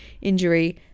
injury